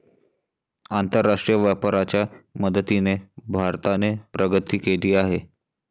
आंतरराष्ट्रीय व्यापाराच्या मदतीने भारताने प्रगती केली आहे